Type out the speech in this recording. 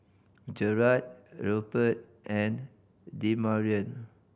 Gerard Rupert and Demarion